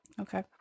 Okay